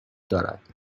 دارد